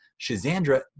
Shazandra